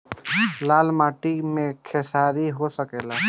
लाल माटी मे खेसारी हो सकेला?